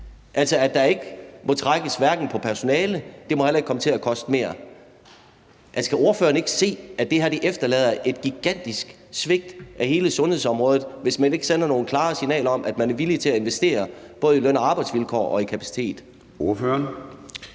at der ikke må trækkes på personale og heller ikke må komme til at koste mere. Kan ordføreren ikke se, at det her efterlader et gigantisk svigt af hele sundhedsområdet, hvis man ikke sender nogle klare signaler om, at man er villig til at investere i både løn- og arbejdsvilkår og i kapacitet?